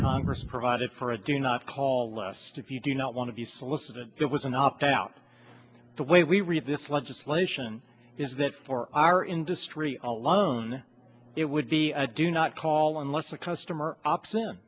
congress provided for a do not call last if you do not want to be solicited that was an opt out the way we read this legislation is that for our industry alone it would be a do not call unless the customer ops